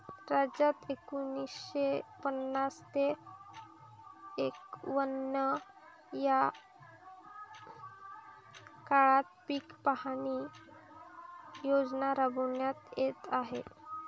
राज्यात एकोणीसशे पन्नास ते एकवन्न या काळात पीक पाहणी योजना राबविण्यात येत आहे